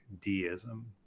deism